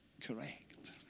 correct